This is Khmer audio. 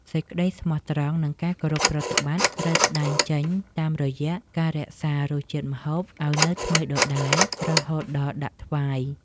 សេចក្តីស្មោះត្រង់ និងការគោរពប្រតិបត្តិត្រូវស្តែងចេញតាមរយៈការរក្សារសជាតិម្ហូបឱ្យនៅថ្មីដដែលរហូតដល់ដាក់ថ្វាយ។